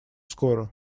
скоро